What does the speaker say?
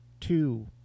Two